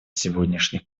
сегодняшних